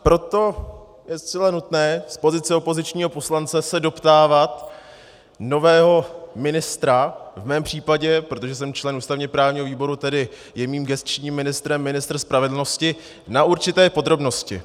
Proto je zcela nutné z pozice opozičního poslance se doptávat nového ministra, v mém případě, protože jsem členem ústavněprávního výboru, tedy je mým gesčním ministrem ministr spravedlnosti, na určité podrobnosti.